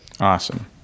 Awesome